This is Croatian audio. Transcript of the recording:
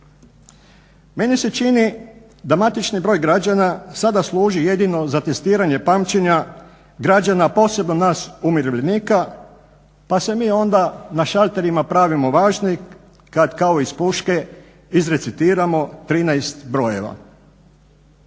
Meni se čini da matični broj građana sada služi jedino za testiranje pamćenja građana, posebno nas umirovljenika, pa se mi onda na šalterima pravimo važni kad kao iz puške izrecitiramo 13 brojeva.